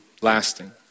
lasting